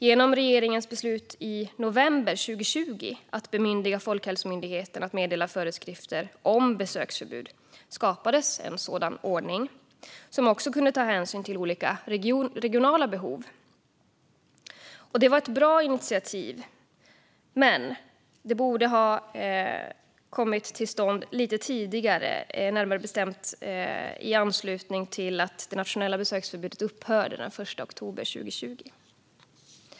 Genom regeringens beslut i november 2020 att bemyndiga Folkhälsomyndigheten att meddela föreskrifter om besöksförbud skapades en sådan ordning, som också kunde ta hänsyn till olika regionala behov. Detta var ett bra initiativ, men det borde ha kommit till stånd lite tidigare, närmare bestämt i anslutning till att det nationella besöksförbudet upphörde den l oktober 2020.